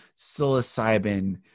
psilocybin